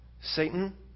Satan